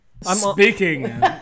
speaking